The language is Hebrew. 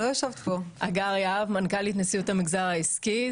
אני מנכ"לית נשיאות המגזר העסקי.